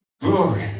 Glory